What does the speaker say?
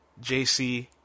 JC